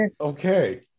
Okay